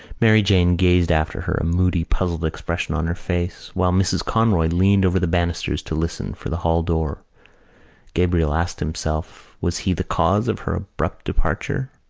mary jane gazed after her, a moody puzzled expression on her face, while mrs. conroy leaned over the banisters to listen for the hall-door. gabriel asked himself was he the cause of her abrupt departure.